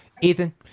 Ethan